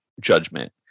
judgment